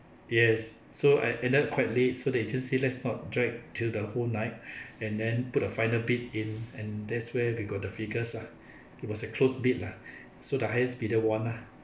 yes so I added quite late so they just say let's not drag till the whole night and then put a final bid in and that's where we got the figures lah it was a close bit lah so the highest bidder won lah